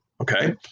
Okay